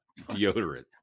deodorant